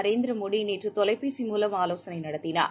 நரேந்திர மோடி நேற்று தொலைபேசி மூலம் ஆலோசனை நடத்தினார்